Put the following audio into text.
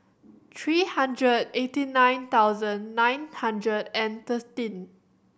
three hundred eighty nine thousand nine hundred and thirteen